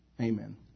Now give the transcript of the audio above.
Amen